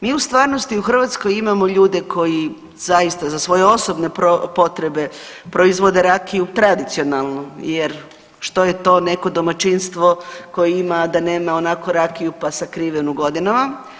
Mi u stvarnosti u Hrvatskoj imamo ljude koji zaista za svoje osobne potrebe proizvode rakiju tradicionalno jer što je to neko domaćinstvo koje ima, a da nema onako rakiju pa sakrivenu godinama.